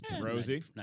Rosie